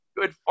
Good